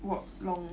walk long